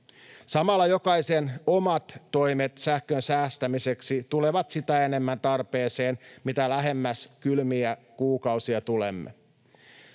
Samalla jokaisen omat toimet sähkön säästämiseksi tulevat sitä enemmän tarpeeseen, mitä lähemmäs kylmiä kuukausia tulemme.